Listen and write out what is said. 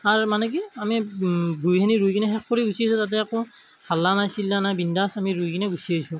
R মানে কি আমি ভুঁইখিনি ৰুই কিনে শেষ কৰি গুচি আহিছোঁ তাতে একো হাল্লা নাই চিল্লা নাই বিন্দাছ আমি ৰুই কিনে গুচি আহিছোঁ